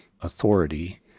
authority